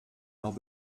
noch